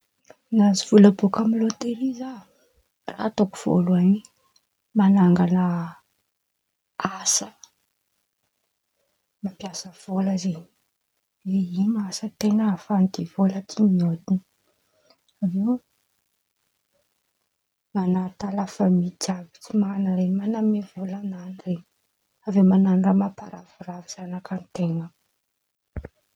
Nahazo vôla bôka amy lôtery za, raha ataoko vônaloan̈y, manangan̈a asa mampiasa vôla zen̈y oe ino asa ten̈a afahan̈y ity vôla ty miodon̈o, avy eo man̈ataha lafamy jiàby tsy man̈ana ren̈y man̈amia vôla an̈any ren̈y, avy eo man̈ano raha mamparavoravo zanakà ten̈a.